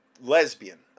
lesbian